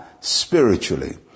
spiritually